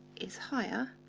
is higher